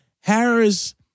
Harris